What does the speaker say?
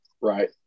Right